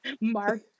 Mark